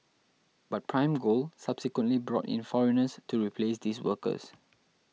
but Prime Gold subsequently brought in foreigners to replace these workers